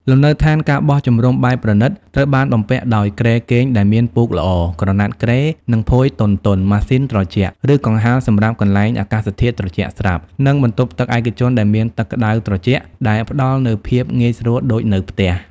លំនៅដ្ឋាន ការបោះជំរំបែបប្រណីត ត្រូវបានបំពាក់ដោយគ្រែគេងដែលមានពូកល្អ ក្រណាត់គ្រែ និងភួយទន់ៗ ម៉ាស៊ីនត្រជាក់ (ឬកង្ហារសម្រាប់កន្លែងអាកាសធាតុត្រជាក់ស្រាប់) និងបន្ទប់ទឹកឯកជនដែលមានទឹកក្តៅត្រជាក់ ដែលផ្តល់នូវភាពងាយស្រួលដូចនៅផ្ទះ។